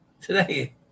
Today